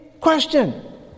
question